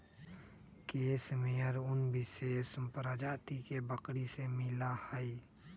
case मेयर उन विशेष प्रजाति के बकरी से मिला हई